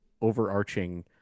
overarching